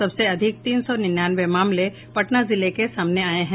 सबसे अधिक तीन सौ निन्यानवे मामले पटना जिले से सामने आये हैं